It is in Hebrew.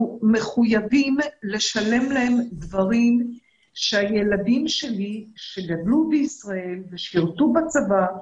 אנחנו מחויבים לשלם להם דברים שהילדים שלי שגדלו בישראל ושירתו בצבא,